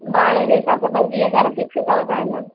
भाड़े जे हिसाब सां पंजवीह हज़ार फिक्स अथव तव्हांजा